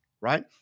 right